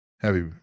happy